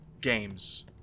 games